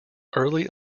early